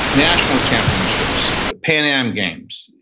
national championships, pan-am um games,